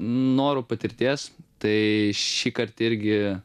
noru patirties tai šįkart irgi